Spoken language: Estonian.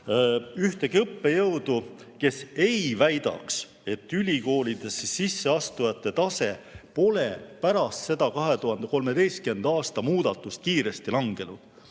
Palun! ... kes ei väidaks, et ülikoolidesse sisseastujate tase pole pärast seda 2013. aasta muudatust kiiresti langenud.